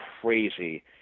crazy